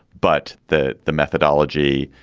but that the methodology.